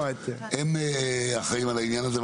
הם אחראיים על העניין הזה.